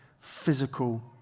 physical